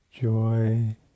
joy